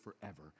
forever